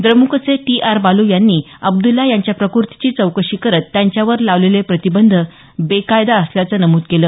द्रमुकचे T R Baalu यांनी अब्दुल्ला यांच्या प्रकृतीची चौकशी करत त्यांच्यावर लावलेले प्रतिबंध बेकायदा असल्याचं नमूद केलं